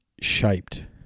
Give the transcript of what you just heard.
shaped